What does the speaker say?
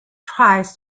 tries